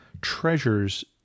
treasures